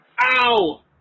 Ow